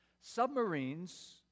Submarines